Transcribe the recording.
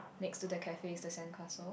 next to the cafe is the sand castle